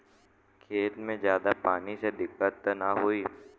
खेत में ज्यादा पानी से दिक्कत त नाही होई?